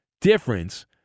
difference